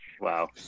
Wow